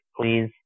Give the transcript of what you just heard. please